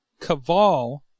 Caval